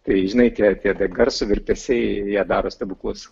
tai žinai tie tie garso virpesiai jie daro stebuklus